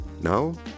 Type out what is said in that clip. Now